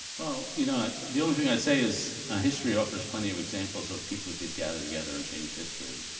well, you know, the only thing i'd say is ah history offers plenty of examples of people who did gather together and change history.